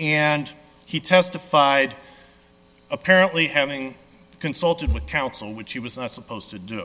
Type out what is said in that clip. and he testified apparently having consulted with counsel which he was not supposed to do